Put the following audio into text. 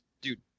Dude